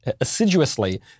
assiduously